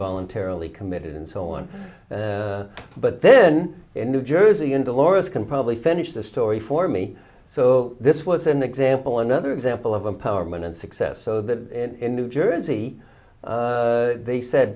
voluntarily committed and so on but then in new jersey in dolores can probably finish the story for me so this was an example another example of empowerment and success so that in new jersey they said